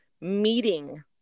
meeting